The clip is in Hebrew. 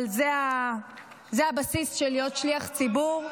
אבל זה הבסיס של להיות שליח ציבור,